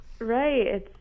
Right